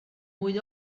mwy